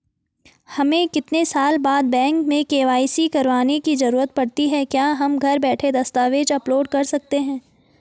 हमें कितने साल बाद बैंक में के.वाई.सी करवाने की जरूरत पड़ती है क्या हम घर बैठे दस्तावेज़ अपलोड कर सकते हैं?